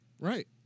right